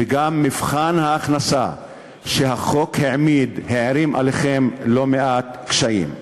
גם מבחן ההכנסה שהחוק העמיד הערים עליכם לא מעט קשיים.